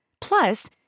Plus